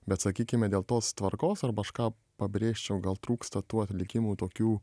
bet sakykime dėl tos tvarkos arba aš ką pabrėžčiau gal trūksta tų atlikimų tokių